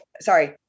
sorry